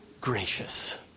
gracious